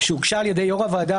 שהוגשה על ידי יושב-ראש הוועדה,